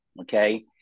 okay